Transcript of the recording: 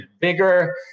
bigger